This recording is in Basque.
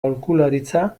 aholkularitza